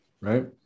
right